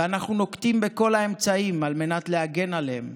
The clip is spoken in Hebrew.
ואנחנו נוקטים את כל האמצעים על מנת להגן עליהם,